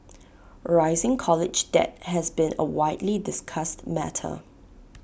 rising college debt has been A widely discussed matter